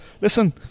Listen